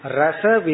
rasa